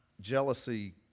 jealousy